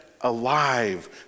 alive